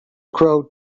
crow